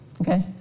okay